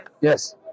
yes